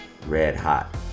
red-hot